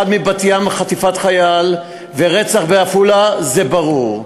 אחד בבת-ים, חטיפת חייל, ורצח בעפולה, זה ברור.